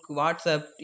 WhatsApp